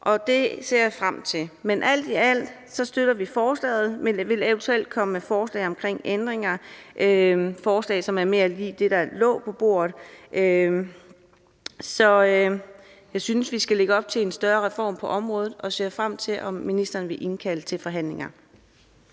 Det ser jeg frem til. Alt i alt støtter vi forslaget, men vil eventuelt komme med forslag om ændringer – forslag, som er mere lig det, der lå på bordet. Jeg synes, vi skal lægge op til en større reform på området, og ser frem til at se, om ministeren vil indkalde til forhandlinger.